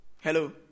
Hello